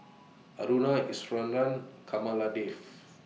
Aruna Iswaran Kamaladevi